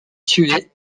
tués